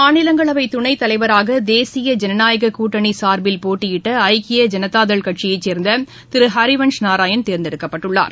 மாநிலங்களவைதுணைத்தவைராகதேசிய ஜனநயாககூட்டணிசார்பில் போட்டியிட்டறக்கிய ஐனதாதள் கட்சியைசேர்ந்ததிருஹரிவன்ஷ் நாராயண் தேர்ந்தெடுக்கப்பட்டுள்ளார்